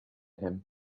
him